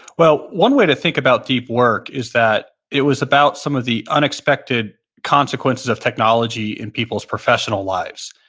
well, one way to think about deep work is that it was about some of the unexpected consequences of technology in people's professional lives.